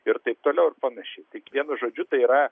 ir taip toliau ir panašiai tai vienu žodžiu tai yra